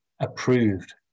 approved